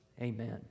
Amen